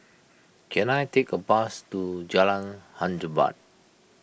can I take a bus to Jalan Hang Jebat